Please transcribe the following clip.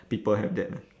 people have that lah